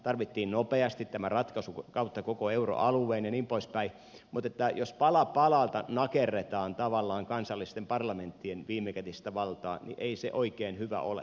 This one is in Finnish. tarvittiin nopeasti tämä ratkaisu kautta koko euroalueen ja niin poispäin mutta jos pala palalta nakerretaan tavallaan kansallisten parlamenttien viimekätistä valtaa niin ei se oikein hyvä ole